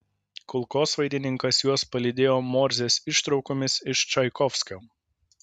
kulkosvaidininkas juos palydėjo morzės ištraukomis iš čaikovskio